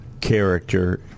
character